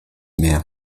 mehr